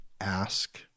ask